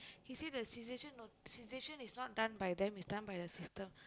he say the cessation is not done by them is done by the system